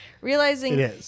realizing